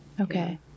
okay